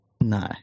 No